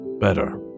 better